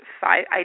five